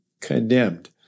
condemned